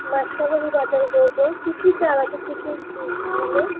মাসকাবারি বাজার করব কী কী চাল আছে কী কী তাহলে